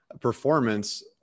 performance